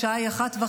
השעה היא 01:30,